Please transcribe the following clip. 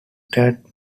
entered